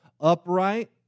upright